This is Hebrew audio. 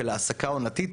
של העסקה עונתית,